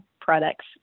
products